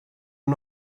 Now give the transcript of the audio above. det